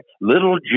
little